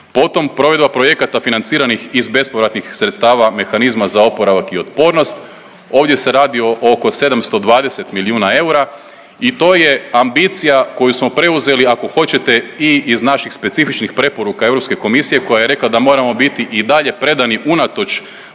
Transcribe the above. Potom provedba projekta financiranih iz bespovratnih sredstava Mehanizma za oporavak i otpornost, ovdje se radi o oko 720 milijuna eura i to je ambicija koju smo preuzeli ako hoćete i iz naših specifičnih preporuka Europske komisije koja je rekla da moramo biti i dalje predani unatoč